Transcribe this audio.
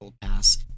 pass